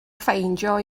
ffeindio